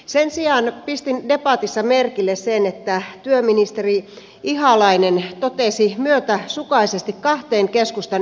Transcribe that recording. sen sijaan pistin debatissa merkille sen että työministeri ihalainen totesi myötäsukaisesti kahteen keskustan esitykseen